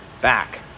back